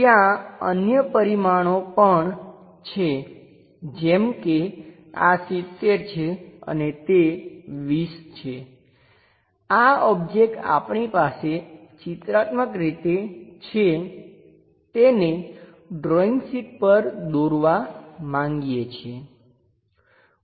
ત્યાં અન્ય પરિમાણો પણ છે જેમ કે આ 70 છે અને તે 20 છે આ ઓબ્જેક્ટ આપણી પાસે ચિત્રાત્મક રીતે છે તેને ડ્રોઈંગ શીટ પર દોરવા માંગીએ છીએ